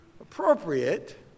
appropriate